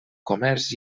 comerç